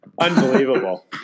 unbelievable